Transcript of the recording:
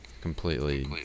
completely